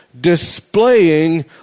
Displaying